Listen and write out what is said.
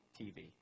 TV